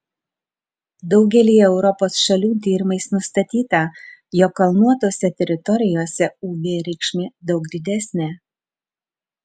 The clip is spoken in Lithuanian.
daugelyje europos šalių tyrimais nustatyta jog kalnuotose teritorijose uv reikšmė daug didesnė